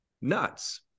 nuts